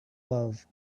love